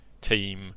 team